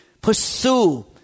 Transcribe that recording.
pursue